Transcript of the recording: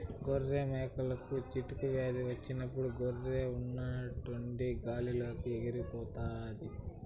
గొర్రెలు, మేకలలో చిటుకు వ్యాధి వచ్చినప్పుడు గొర్రె ఉన్నట్టుండి గాలి లోకి ఎగిరి చనిపోతాది